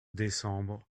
décembre